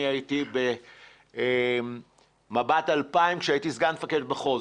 הייתי במבט 2000 כשהייתי סגן מפקד מחוז.